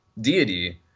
deity